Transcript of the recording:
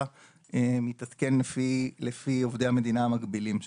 מתעדכן לפי עובדי המדינה המקבילים שלהם.